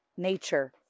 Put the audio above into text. nature